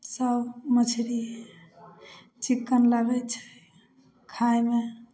सब मछरी चिक्कन लागै छै खाइमे